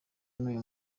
n’uyu